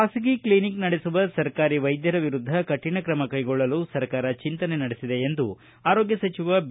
ಬಾಸಗಿ ಕ್ಷಿನಿಕ್ ನಡೆಸುವ ಸರ್ಕಾರಿ ವೈದ್ಯರ ವಿರುದ್ಧ ಕೌಣ ತ್ರಮ ಕೈಗೊಳ್ಳಲು ಸರ್ಕಾರ ಚಿಂತನೆ ನಡೆಸಿದೆ ಎಂದು ಆರೋಗ್ಯ ಸಚಿವ ಬಿ